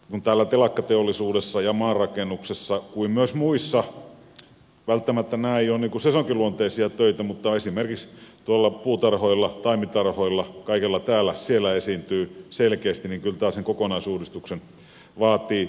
kun täällä telakkateollisuudessa ja maanrakennuksessa kuten myös muissa välttämättä nämä eivät ole sesonkiluonteisia töitä esimerkiksi puutarhoilla taimitarhoilla kaikella tällä esiintyy selkeästi tätä niin kyllä tämä sen kokonaisuudistuksen vaatii